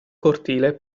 cortile